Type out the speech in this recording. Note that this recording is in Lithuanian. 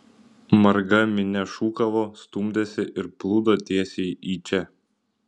marga minia šūkavo stumdėsi ir plūdo tiesiai į čia